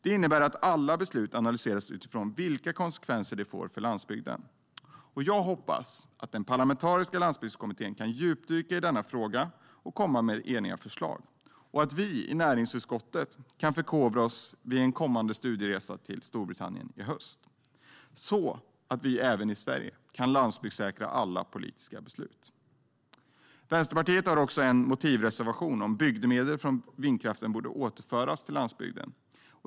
Det innebär att alla beslut analyseras utifrån vilka konsekvenser de får för landsbygden. Jag hoppas att den parlamentariska landsbygdskommittén kan djupdyka i denna fråga och komma med eniga förslag och att vi i näringsutskottet kan förkovra oss vid en kommande studieresa till Storbritannien i höst så att vi även i Sverige kan landsbygdssäkra alla politiska beslut. Vänsterpartiet har också en motivreservation om att bygdemedel från vindkraften borde återföras till landsbygden.